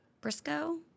Briscoe